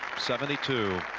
seventy-two